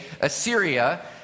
Assyria